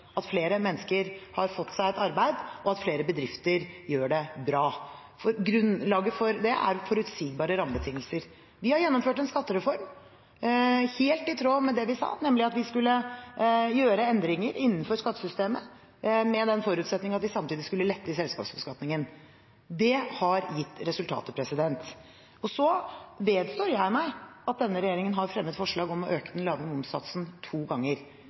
at flere mennesker har fått seg et arbeid, og at flere bedrifter gjør det bra. Grunnlaget for det er forutsigbare rammebetingelser. Vi har gjennomført en skattereform helt i tråd med det vi sa, nemlig at vi skulle gjøre endringer innenfor skattesystemet med den forutsetning at vi samtidig skulle lette i selskapsbeskatningen. Det har gitt resultater. Og så vedstår jeg meg at denne regjeringen har fremmet forslag om å øke den lave momssatsen to ganger.